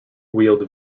wheeled